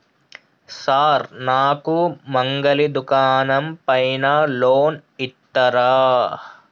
Sir నాకు మంగలి దుకాణం పైన లోన్ ఇత్తరా?